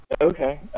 Okay